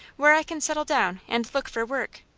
where i can settle down and look for work.